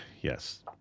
Yes